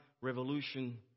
revolution